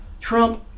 Trump